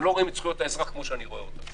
אבל לא רואים את זכויות האזרח כפי שאני רואה אותן?